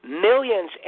millions